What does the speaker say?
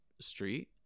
street